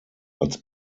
als